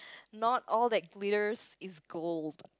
not all that glitters is gold